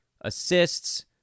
assists